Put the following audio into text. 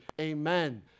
Amen